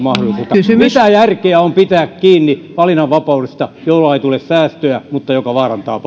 säästömahdollisuutta mitä järkeä on pitää kiinni valinnanvapaudesta jolla ei tule säästöä mutta joka vaarantaa